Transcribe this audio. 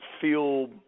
feel